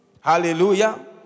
Hallelujah